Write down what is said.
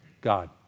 God